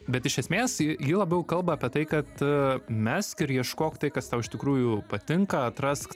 bet iš esmės ji ji labiau kalba apie tai kad mesk ir ieškok tai kas tau iš tikrųjų patinka atrask